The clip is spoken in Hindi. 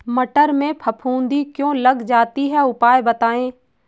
मटर में फफूंदी क्यो लग जाती है उपाय बताएं?